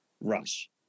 Rush